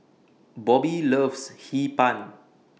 Bobbi loves Hee Pan